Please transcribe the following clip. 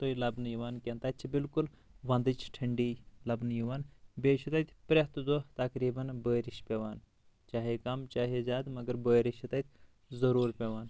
تُہۍ لبنہٕ یِوان کینٛہہ تتہِ چھِ بالکُل ونٛدٕچ ٹھنٛڈی لبنہٕ یِوان بیٚیہِ چھُ تتہِ پرٛٮ۪تھ دۄہ تقریٖبن بٲزِش پٮ۪وان چاہے کم چاہے زیادٕ مگر بٲزِش چھِ تتہِ ضروٗر پٮ۪وان